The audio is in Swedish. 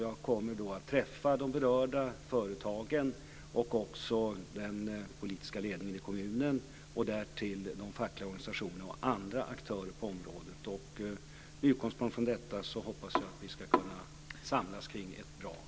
Jag kommer då att träffa de berörda företagen och också den politiska ledningen i kommunen, och därtill de fackliga organisationerna och andra aktörer på området. Med utgångspunkt i detta hoppas jag att vi ska kunna samlas kring bra åtgärder.